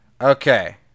Okay